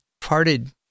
parted